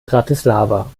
bratislava